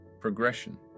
progression